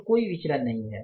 तो कोई विचलन नहीं है